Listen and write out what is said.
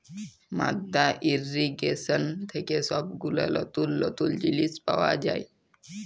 মাদ্দা ইর্রিগেশন থেক্যে সব গুলা লতুল লতুল জিলিস পাওয়া যায়